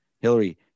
Hillary